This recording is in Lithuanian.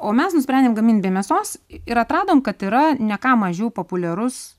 o mes nusprendėm gamint be mėsos ir atradom kad yra ne ką mažiau populiarus